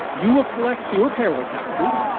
you will collect fewer payroll taxes.